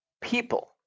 people